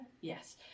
yes